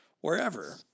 wherever